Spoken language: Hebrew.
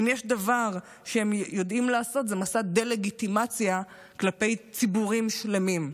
כי אם יש דבר שהם יודעים לעשות זה מסע דה-לגיטימציה כלפי ציבורים שלמים: